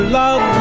love